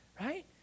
Right